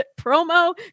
promo